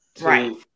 Right